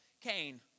Cain